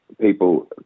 people